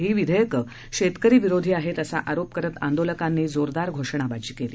ही विधेयकं शेतकरी विरोधी आहेत असा आरोप करत आंदोलकांनी जोरदार घोषणाबाजी केली